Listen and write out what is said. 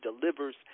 delivers